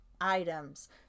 Items